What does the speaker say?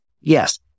Yes